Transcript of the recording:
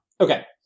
okay